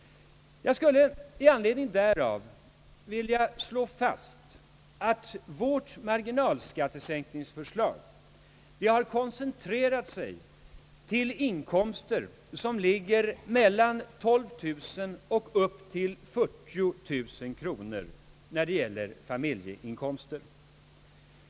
Jag vill i anledning därav slå fast att vårt marginalskattesänkningsförslag har koncentrerat sig på inkomster som ligger mellan 12 000 och 40 000 kronor när det gäller familjeinkomster.